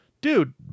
Dude